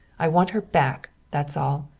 i want her back, that's all.